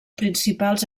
principals